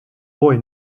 boy